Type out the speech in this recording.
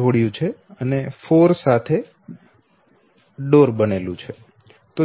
વચ્ચે રાખી પછી 4 માટે ડોર સાથે જોડાય છે